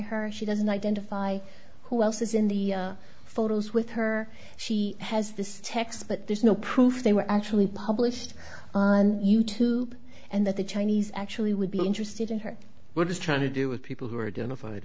her she doesn't identify who else is in the photos with her she has this text but there's no proof they were actually published on youtube and that the chinese actually would be interested in her we're just trying to do with people who are doing